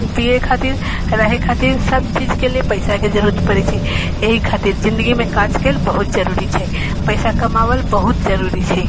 पिए खातिर रहै खातिर सब चीजके लिए पइसाके जरूरत पड़ै छै एहि खातिर जिनगीमे काजके बहुत जरूरी छै पइसा कमाबल बहुत जरूरी छै